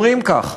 אומרים כך: